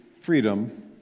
freedom